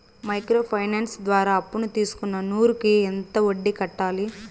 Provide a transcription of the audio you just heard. Micro finance ద్వారా అప్పును తీసుకున్న నూరు కి వడ్డీ ఎంత కట్టాలి?